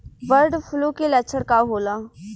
Bird flu के लक्षण का होला?